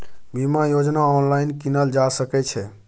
बीमा योजना ऑनलाइन कीनल जा सकै छै?